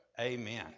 Amen